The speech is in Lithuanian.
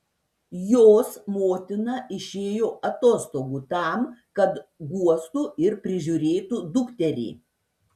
jos motina išėjo atostogų tam kad guostų ir prižiūrėtų dukterį